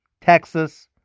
Texas